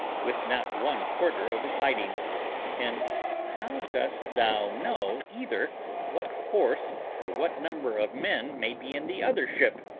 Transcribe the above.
with not one quarter of the fighting and how dost thou know either what force or what number of men may be in the other ship,